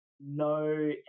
no